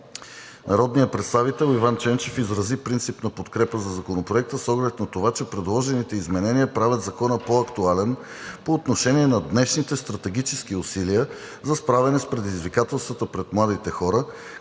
Народният представител Иван Ченчев изрази принципна подкрепа за Законопроекта с оглед на това, че предложените изменения правят Закона по-актуален по отношение на днешните стратегически усилия за справяне с предизвикателствата пред младите хора,